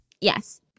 Yes